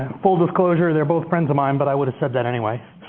full disclosure, they're both friends of mine, but i would have said that anyway.